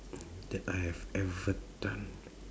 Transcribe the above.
that I have ever done